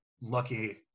lucky